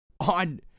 on